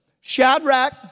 Shadrach